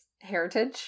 heritage